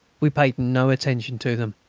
we paid no attention to them.